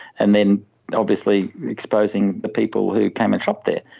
and then obviously exposing the people who came and shopped there.